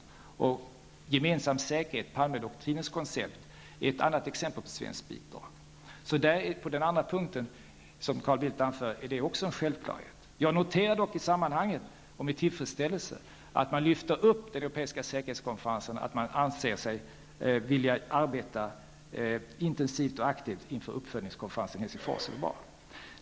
Gemensam säkerhet, Palmedoktrinens koncept, är ett annat exempel på svenskt bidrag. Så även på den punkten som Carl Bildt anför är det en självklarhet. Jag noterar dock i sammanhanget med tillfredsställelse att man lyfter upp den europeiska säkerhetskonferensen. Att man anser sig vilja arbeta intensivt och aktivt inför uppföljningskonferensen i Helsingfors är bra.